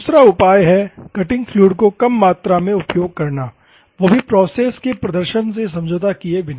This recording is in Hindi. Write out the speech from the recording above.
दूसरा उपाय है कटिंग फ्लूइड को कम मात्रा में उपयोग करना वो भी प्रोसेस के प्रदर्शन से समझौता किए बिना